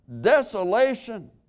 Desolation